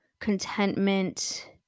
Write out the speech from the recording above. contentment